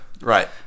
Right